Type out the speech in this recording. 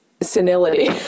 senility